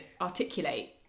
articulate